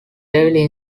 devil